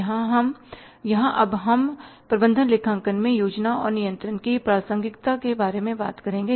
यहां अब हम प्रबंधन लेखांकन में योजना और नियंत्रण की प्रासंगिकता के बारे में बात करेंगे